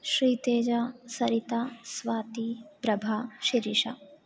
Shriteja Sarita Swati Prabha Shirisha